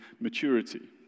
maturity